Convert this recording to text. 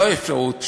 לא אפשרות,